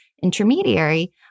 intermediary